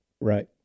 Right